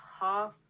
half